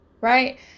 Right